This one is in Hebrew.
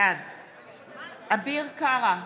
בעד אביר קארה,